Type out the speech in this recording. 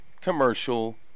commercial